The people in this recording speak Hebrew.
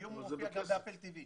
היום הוא מופיע גם באפל טי וי.